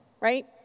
right